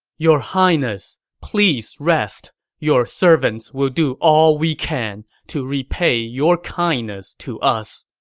your highness, please rest! your servants will do all we can to repay your kindness to us!